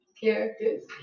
characters